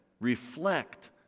Reflect